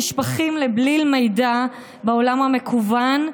נשפכים לבליל מידע בעולם המקוון,